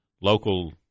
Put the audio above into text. local